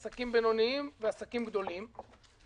עסקים בינוניים ועסקים גדולים.